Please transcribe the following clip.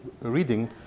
reading